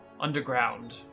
underground